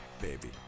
baby